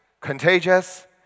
contagious